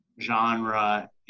genre